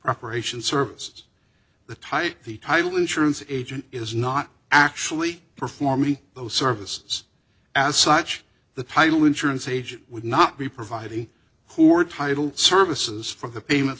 preparation service the type the title insurance agent is not actually performing those services as such the title insurance agent would not be providing who are title services for the payments